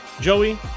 joey